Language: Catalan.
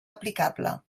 aplicable